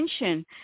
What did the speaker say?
attention